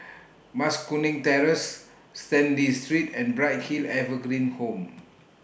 Mas Kuning Terrace Stanley Street and Bright Hill Evergreen Home